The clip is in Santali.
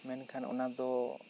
ᱢᱮᱱᱠᱷᱟᱱ ᱚᱱᱟ ᱫᱚ